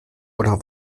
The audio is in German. oder